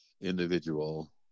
individual